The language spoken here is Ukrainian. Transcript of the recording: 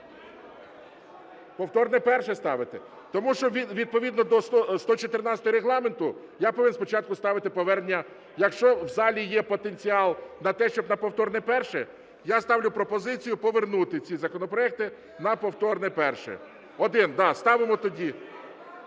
повторне перше ставити? Тому що відповідно до 114-ї Регламенту я повинен спочатку ставити повернення. Якщо в залі є потенціал на те, щоб на повторне перше, я ставлю пропозицію повернути ці законопроекти на повторне перше. Один, да.